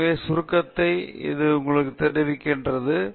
எனவே சுருக்கத்தை அது உங்களுக்கு தெரிவிக்கிறது